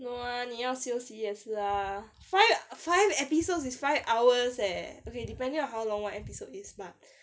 no ah 你要休息也是啊 five five episodes is five hours eh okay depending on how long one episode is bah